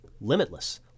limitless